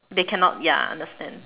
they cannot ya understand